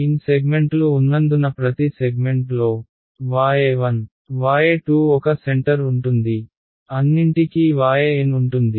N సెగ్మెంట్లు ఉన్నందున ప్రతి సెగ్మెంట్లో y 1 y 2 ఒక సెంటర్ ఉంటుంది అన్నింటికీ yn ఉంటుంది